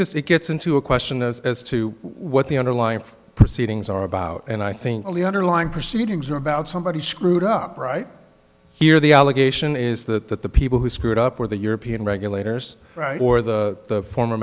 just it gets into a question as to what the underlying proceedings are about and i think only underlying proceedings are about somebody screwed up right here the allegation is that the people who screwed up were the european regulators or the former